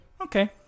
okay